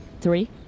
Three